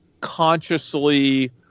consciously